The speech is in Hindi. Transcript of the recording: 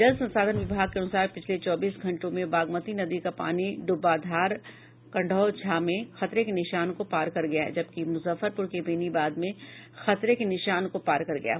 जल संसाधन विभाग के अनुसार पिछले चौबीस घंटों में बागमती नदी का पानी ड्ब्बाधार कटौंझा में खतरे के निशान को पार कर गया है जबकि मुजफ्फरपुर के बेनीबाद में खतरे के निशान को पार कर गया है